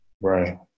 Right